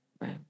right